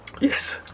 yes